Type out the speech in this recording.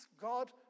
God